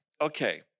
okay